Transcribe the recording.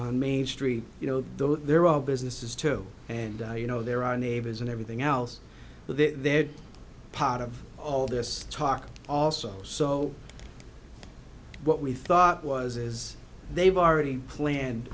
on main street you know there are businesses too and you know there are neighbors and everything else but they're part of all this talk also so what we thought was is they've already planned